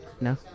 No